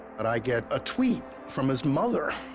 and i get a tweet from his mother